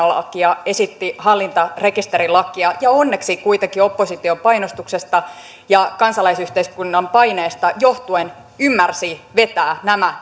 lakia esitti hallintarekisterilakia ja onneksi kuitenkin opposition painostuksesta ja kansalaisyhteiskunnan paineesta johtuen ymmärsi vetää nämä